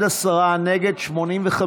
נגד, 85,